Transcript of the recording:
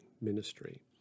ministry